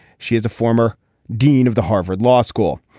she is a former dean of the harvard law school.